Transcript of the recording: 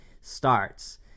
starts